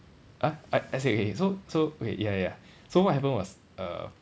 !huh! uh as in okay so so okay ya ya so what happened was err